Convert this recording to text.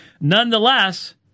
Nonetheless